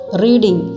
reading